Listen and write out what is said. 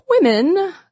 Women